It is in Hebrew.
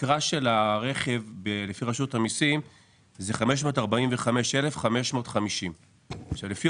התקרה של הרכב לפי רשות המיסים זה 545,500 ₪ שלפי